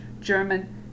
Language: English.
German